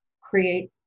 create